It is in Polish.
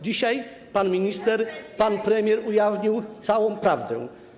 Dzisiaj pan minister, pan premier ujawnili całą prawdę.